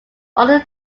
other